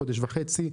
חודש וחצי,